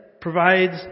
provides